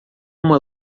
uma